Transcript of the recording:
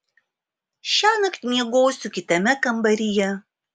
šiąnakt miegosiu kitame kambaryje